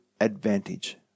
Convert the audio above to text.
advantage